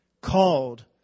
called